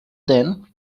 then